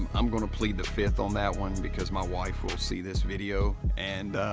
i'm going to plead the fifth on that one because my wife will see this video and